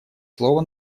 слово